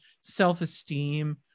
self-esteem